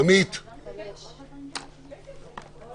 הצבעה לא אושרה.